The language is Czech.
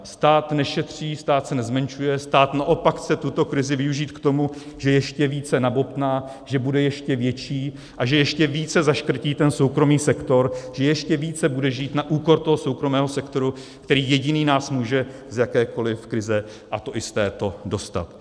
Stát nešetří, stát se nezmenšuje, stát naopak chce tuto krizi využít k tomu, že ještě více nabobtná, že bude ještě větší a že ještě více zaškrtí ten soukromý sektor, že ještě více bude žít na úkor toho soukromého sektoru, který jediný nás může z jakékoli krize, a to i z této, dostat.